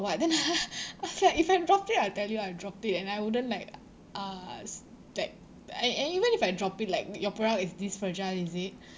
what then I feel like if I have dropped I will tell you I dropped it and I wouldn't like uh s~ like and and even if I drop it like your product is this fragile is it